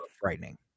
frightening